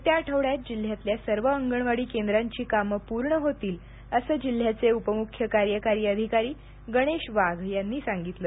येत्या आठवड्यात जिल्ह्यातल्या सर्व अंगणवाडी केंद्रांचीं कामं पूर्ण होतील असं जिल्ह्याचे उपमुख्य कार्यकारी अधिकारी गणेश वाघ यांनी सांगितलं